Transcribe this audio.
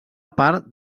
part